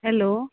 hello